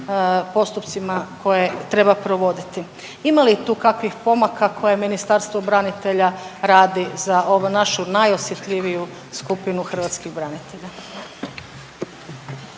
postupcima koje treba provoditi. Ima li tu kakvih pomaka koje Ministarstvo branitelja radi za ovu našu najosjetljiviju skupinu hrvatskih branitelja?